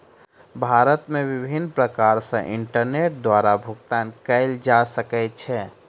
भारत मे विभिन्न प्रकार सॅ इंटरनेट द्वारा भुगतान कयल जा सकै छै